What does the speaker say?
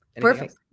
Perfect